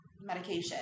medication